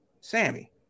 sammy